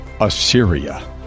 Assyria